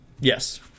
Yes